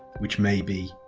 which may be